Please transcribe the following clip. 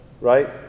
right